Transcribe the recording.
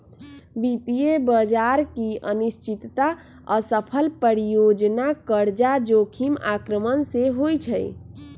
वित्तीय बजार की अनिश्चितता, असफल परियोजना, कर्जा जोखिम आक्रमण से होइ छइ